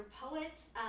poets